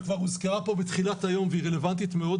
שכבר הוזכרה פה בתחילת היום והיא רלוונטית מאוד,